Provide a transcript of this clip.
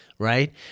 Right